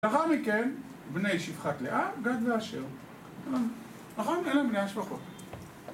ואחר מכן, בני שפחת לאה, גד ואשר. נכון? אלה בני השפחות.